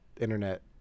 Internet